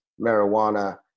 marijuana